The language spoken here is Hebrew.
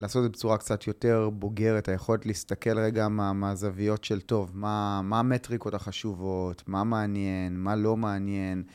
לעשות את זה בצורה קצת יותר בוגרת, אתה יכול להסתכל רגע מהזוויות של טוב, מה המטריקות החשובות, מה מעניין, מה לא מעניין.